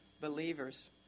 believers